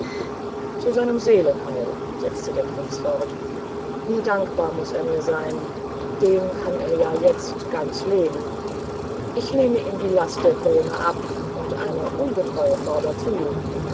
zu seinem seelenheil setzte der prinz fort wie dankbar muß er mir sein dem kann er ja jetzt ganz leben ich nehme ihm die last der krone ab und eine ungetreue frau dazu